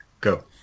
go